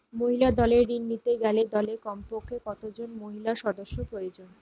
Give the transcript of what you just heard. মহিলা দলের ঋণ নিতে গেলে দলে কমপক্ষে কত জন মহিলা সদস্য প্রয়োজন?